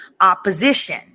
opposition